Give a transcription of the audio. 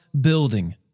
building